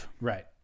Right